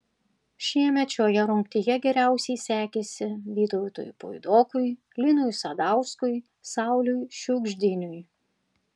šiemet šioje rungtyje geriausiai sekėsi vytautui puidokui linui sadauskui sauliui šiugždiniui